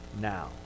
now